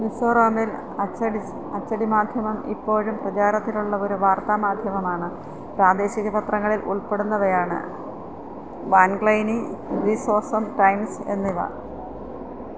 മിസോറമിൽ അച്ചടി അച്ചടിമാധ്യമം ഇപ്പോഴും പ്രചാരത്തിലുള്ള ഒരു വാർത്താമാധ്യമമാണ് പ്രാദേശികപത്രങ്ങളിൽ ഉൾപ്പെടുന്നവയാണ് വാൻഗ്ലൈനി ദി സോസം ടൈംസ് എന്നിവ